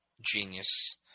genius